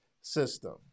system